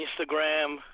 Instagram